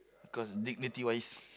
because dignity wise